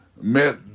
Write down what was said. met